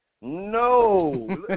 no